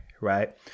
right